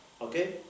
okay